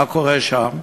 מה קורה שם?